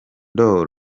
d’or